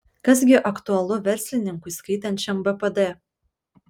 kas gi aktualu verslininkui skaitančiam bpd